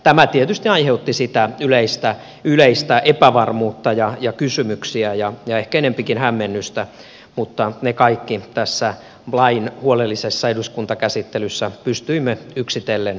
tämä tietysti aiheutti sitä yleistä epävarmuutta ja kysymyksiä ja ehkä enempikin hämmennystä mutta ne kaikki tässä lain huolellisessa eduskuntakäsittelyssä pystyimme yksitellen kumoamaan